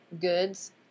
goods